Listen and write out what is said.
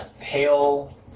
pale